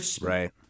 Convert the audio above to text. Right